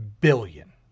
billion